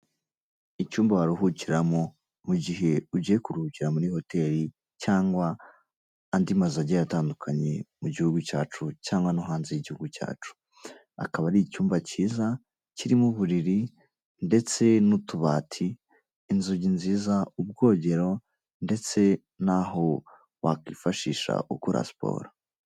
Icyumba waruhukiramo mu gihe ugiye kuruhukira muri hoteli cyangwa andi mazu agiye atandukanye mu gihugu cyacu cyangwa no hanze y'igihugu cyacu. Akaba ari icyumba cyiza kirimo uburiri ndetse n'utubati, inzugi nziza, ubwogero ndetse n'aho wakwifashisha ukora siporo.